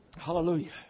Hallelujah